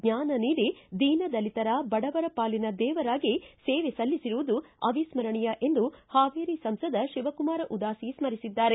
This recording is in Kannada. ಜ್ವಾನ ನೀಡಿ ದೀನ ದಲಿತರ ಬಡವರ ಪಾಲಿನ ದೇವರಾಗಿ ಸೇವೆ ಸಲ್ಲಿಸಿರುವುದು ಅವಿಸ್ಟರಣೀಯ ಎಂದು ಹಾವೇರಿ ಸಂಸದ ಶಿವಕುಮಾರ ಉದಾಸಿ ಸ್ಮರಿಸಿದ್ದಾರೆ